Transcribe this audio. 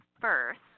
first